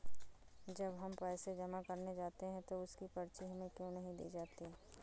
जब हम पैसे जमा करने जाते हैं तो उसकी पर्ची हमें क्यो नहीं दी जाती है?